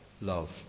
Love